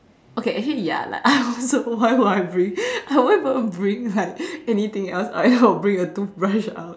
okay actually ya like I wonder why would I bring I won't even bring like anything else I'm gonna bring the toothbrush out